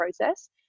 process